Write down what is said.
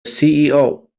ceo